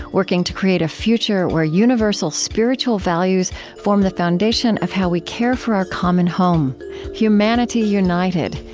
working to create a future where universal spiritual values form the foundation of how we care for our common home humanity united,